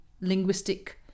linguistic